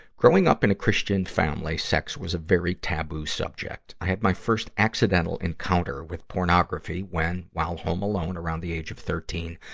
growing up in a christian family, sex was a very taboo subject. i had my first accidental encounter with pornography when, while home alone around the age of thirteen,